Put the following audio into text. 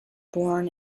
born